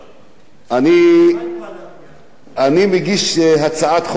אני מגיש הצעת חוק ואני מאוד מקווה שאתה תעזור לי בזה.